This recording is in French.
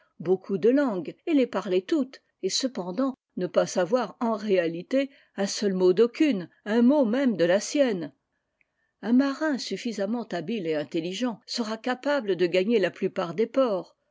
beaucoup de langues et les parler toutes et cependant ne pas savoir en réalité un seul mot d'aucune un mot même de la sienne un marin suffisamment habile et intelligent sera capable de gagner la plupart des ports